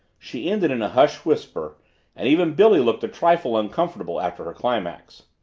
she ended in a hushed whisper and even billy looked a trifle uncomfortable after her climax.